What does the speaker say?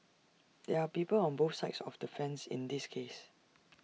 there are people on both sides of the fence in this case